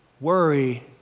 Worry